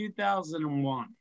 2001